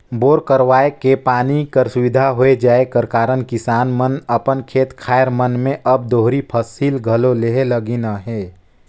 bore करवाए के पानी कर सुबिधा होए जाए कर कारन किसान मन अपन खेत खाएर मन मे अब दोहरी फसिल घलो लेहे लगिन अहे